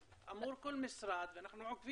והמשמעות היא שכל הפעילות של מדריכי המוגנות